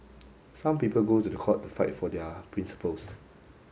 some people go to the court to fight for their principles